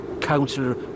Councillor